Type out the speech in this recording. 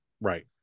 Right